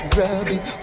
rubbing